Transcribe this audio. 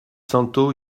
santo